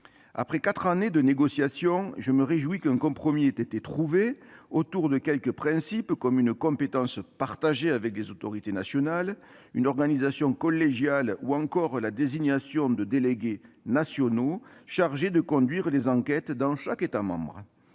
Après quatre années de négociation, je me réjouis qu'un compromis ait été trouvé autour de quelques principes : compétence partagée avec les autorités nationales ; organisation collégiale ; désignation de délégués nationaux chargés de conduire les enquêtes dans chaque État membre.